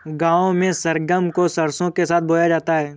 गांव में सरगम को सरसों के साथ बोया जाता है